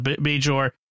Major